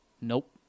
nope